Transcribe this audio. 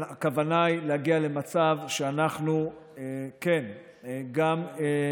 הכוונה היא להגיע למצב שאנחנו גם עוסקים